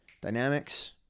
dynamics